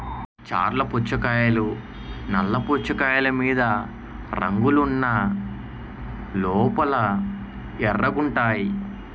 చర్ల పుచ్చకాయలు నల్ల పుచ్చకాయలు మీద రంగులు ఉన్న లోపల ఎర్రగుంటాయి